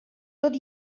tot